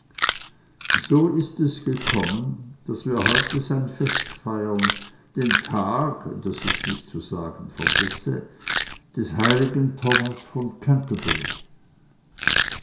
so ist es gekommen daß wir heute sein fest feiern den tag daß ich's zu sagen nicht vergesse des heiligen thomas von canterbury